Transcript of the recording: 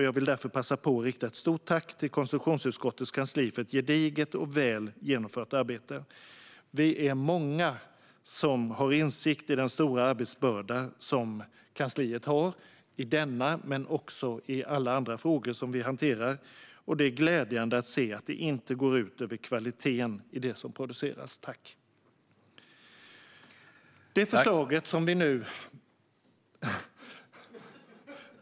Jag vill därför passa på att rikta ett stort tack till konstitutionsutskottets kansli för ett gediget och väl genomfört arbete. Vi är många som har insikt om den stora arbetsbörda som kansliet har i denna fråga men också i alla andra frågor som vi hanterar. Det är glädjande att se att det inte går ut över kvaliteten i det som produceras - tack!